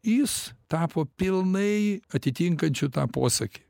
jis tapo pilnai atitinkančiu tą posakį